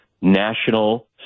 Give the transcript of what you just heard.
national